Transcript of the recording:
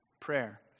prayer